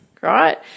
right